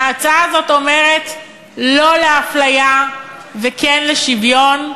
ההצעה הזאת אומרת לא לאפליה וכן לשוויון,